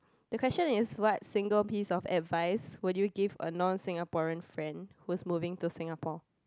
the question is what single piece of advice would you give a non Singaporean friend who's moving to Singapore